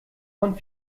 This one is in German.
und